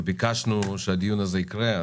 וביקשנו שהדיון הזה יקרה.